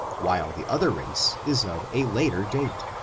while the other race is of a later date,